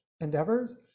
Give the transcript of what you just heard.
endeavors